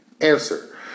Answer